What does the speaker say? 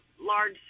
large